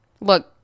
Look